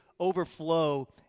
overflow